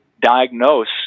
diagnose